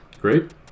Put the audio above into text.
Great